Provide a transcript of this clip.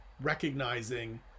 recognizing